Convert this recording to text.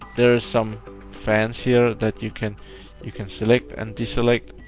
there is some fans here that you can you can select and deselect,